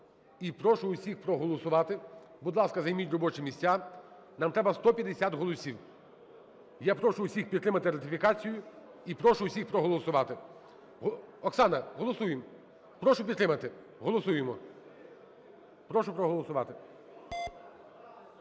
і прошу всіх проголосувати. Будь ласка, займіть робочі місця. Нам треба 150 голосів. Я прошу всіх підтримати ратифікацію і прошу усіх проголосувати. Оксана, голосуємо! Прошу підтримати. Голосуємо. Прошу проголосувати.